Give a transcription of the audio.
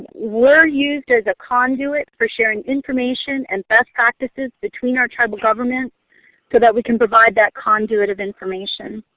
we are used as a conduit for sharing information and best practices between our tribal governments so that we can provide the conduit of information.